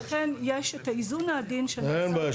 ולכן יש את האיזון העדין --- אין בעיה,